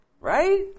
Right